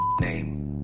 name